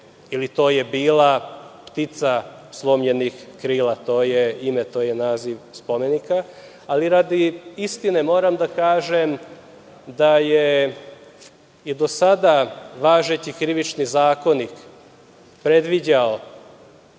ili to je bila „Ptica slomljenih krila“, to je ime, naziv spomenika. Radi istine moram da kažem da je i do sada važeći Krivični zakonik predviđao,